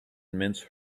mince